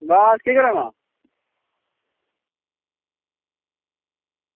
बस केह् करा ना